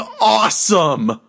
awesome